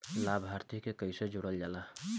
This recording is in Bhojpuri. लभार्थी के कइसे जोड़ल जाला?